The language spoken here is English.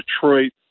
Detroit